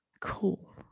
Cool